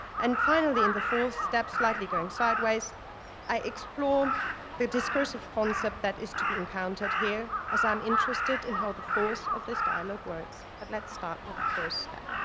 and finally, in the fourth step slightly going sideways i explore um the discursive concept that is to be encountered here, as i'm interested in how the force of this dialogue works. but let's start with the first step.